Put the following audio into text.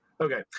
Okay